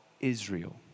Israel